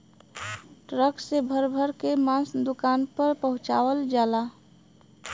truck से भर भर के मांस दुकान पर पहुंचवाल जाला